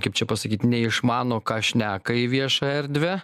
kaip čia pasakyti neišmano ką šneka į viešą erdvę